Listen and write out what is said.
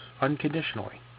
unconditionally